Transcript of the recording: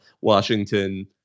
Washington